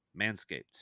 Manscaped